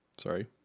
Sorry